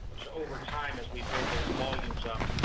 so over time as we build those volumes up,